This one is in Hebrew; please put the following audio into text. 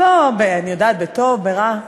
לא, בטוב, ברע.